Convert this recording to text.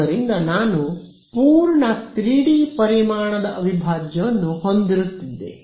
ಆದ್ದರಿಂದ ನಾನು ಪೂರ್ಣ 3D ಪರಿಮಾಣದ ಅವಿಭಾಜ್ಯವನ್ನು ಹೊಂದಿರುತ್ತಿದ್ದೆ